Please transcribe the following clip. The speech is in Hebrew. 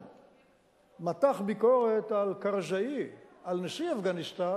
מתח ביקורת על קרזאי על נשיא אפגניסטן,